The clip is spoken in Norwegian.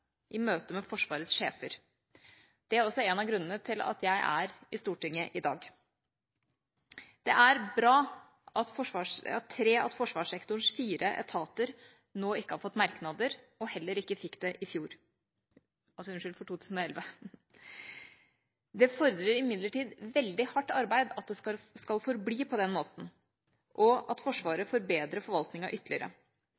i møte med Forsvarets sjefer. Det er også en av grunnene til at jeg er i Stortinget i dag. Det er bra at tre av forsvarssektorens fire etater nå ikke har fått merknader og heller ikke fikk det for 2011. Det fordrer imidlertid veldig hardt arbeid at det skal forbli på den måten, og det fordrer at